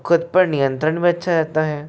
और खुद पर नियंत्रण भी अच्छा रहता है